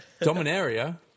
Dominaria